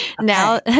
Now